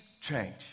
change